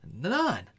none